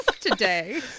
today